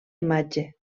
imatge